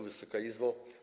Wysoka Izbo!